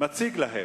מציג להם,